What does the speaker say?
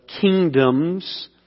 kingdom's